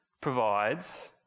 provides